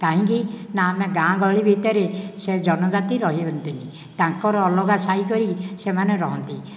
କାହିଁକି ନା ଆମ ଗାଁ ଗହଳି ଭିତରେ ସେ ଜନଜାତି ରହନ୍ତିନି ତାଙ୍କର ଅଲଗା ସାହି କରି ସେମାନେ ରହନ୍ତି